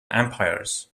empires